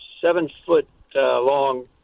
seven-foot-long